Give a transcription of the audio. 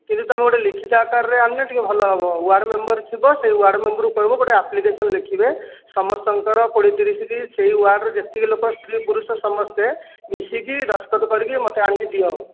କିନ୍ତୁ ତମେ ଗୋଟେ ଲିଖିତ ଆକାର ରେ ଆଣିଲେ ଭଲ ଟିକେ ହେବ ୱାର୍ଡ ମେମ୍ବର ଥିବ ସେହି ୱାର୍ଡ ମେମ୍ବରକୁ କହିବ ଗୋଟେ ଆପ୍ଲିକେସନ ଲେଖିବେ ସମସ୍ତଙ୍କ ର କୋଡ଼ିଏ ତିରିଶ କି ସେହି ୱାର୍ଡ ରେ ଯେତିକି ଲୋକ ସ୍ତ୍ରୀ ପୁରୁଷ ସମସ୍ତେ ମିଶିକି ଦସ୍ତଖତ କରିକି ମୋତେ ଆଣକି ଦିଅ